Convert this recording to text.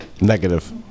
Negative